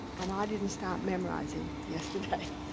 and i didn't start memorizing yesterday.